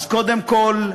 אז קודם כול,